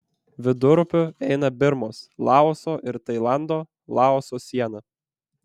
vidurupiu eina birmos laoso ir tailando laoso siena